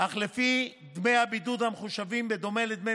אך לפי דמי הבידוד המחושבים בדומה לדמי